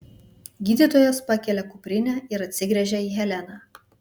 gydytojas pakelia kuprinę ir atsigręžia į heleną